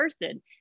person